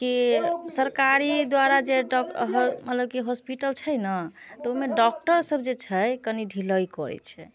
कि सरकारी द्वारा जे मतलब कि हॉस्पिटल छै ने तऽ ओहिमे डॉक्टर सभ जे छै कनि ढिलाइ करै छै